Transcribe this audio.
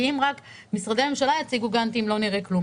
כי אם רק משרדי הממשלה יציגו גנטים לא נראה כלום.